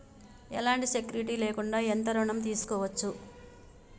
ఎలాంటి సెక్యూరిటీ లేకుండా ఎంత ఋణం తీసుకోవచ్చు?